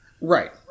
Right